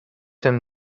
him